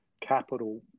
capital